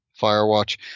Firewatch